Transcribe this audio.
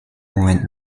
moment